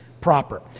proper